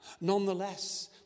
nonetheless